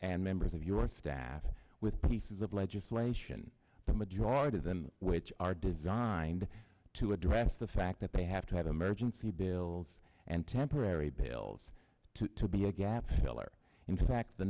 and members of your staff with pieces of legislation the majority of them which are designed to address the fact that they have to have emergency bills and temporary bills to be a gap filler in fact the